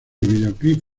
videoclips